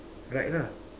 right lah